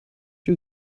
you